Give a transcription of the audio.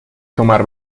tomar